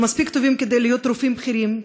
שמספיק טובים כדי להיות רופאים בכירים,